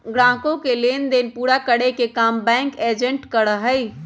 ग्राहकों के लेन देन पूरा करे के काम बैंक एजेंट करा हई